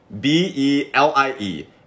B-E-L-I-E